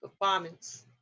performance